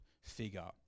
figure